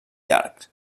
llarg